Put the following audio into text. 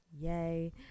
yay